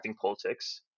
politics